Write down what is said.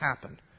happen